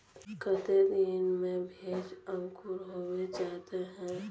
केते दिन में भेज अंकूर होबे जयते है?